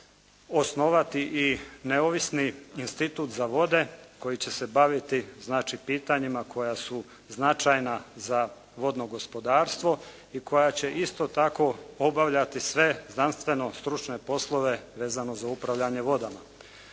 osnovati i neovisni institut za vode koji će se baviti pitanjima koja su značajna za vodno gospodarstvo i koja će isto tako obavljati sve znanstveno-stručne poslove vezano za upravljanje vodama.